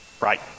right